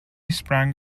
sprang